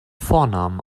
vornamen